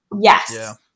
Yes